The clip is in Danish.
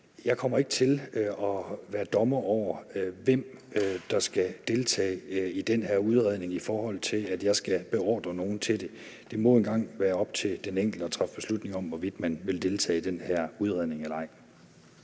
Jeg kommer ikke til at være dommer over, hvem der skal deltage i den her udredning, i forhold til at jeg skal beordre nogen til det. Det må nu engang være op til den enkelte at træffe beslutning om, hvorvidt man vil deltage i den her udredning eller ej.